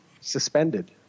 Suspended